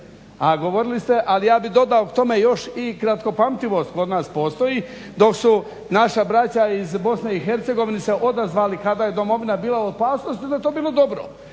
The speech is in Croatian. o zaboravljivosti ali ja bih dodao tome još i kratkopamtivost kod nas postoji. Dok su naša braća iz BiH se odazvali kada je domovina bila u opasnosti onda je to bilo dobro,